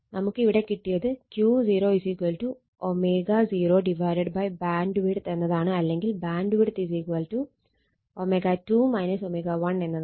നമുക്ക് ഇവിടെ കിട്ടിയത് Q0 ω0 BW എന്നതാണ് അല്ലെങ്കിൽ BW ω2 ω1 എന്നതാണ്